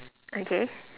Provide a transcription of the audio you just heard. okay